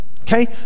Okay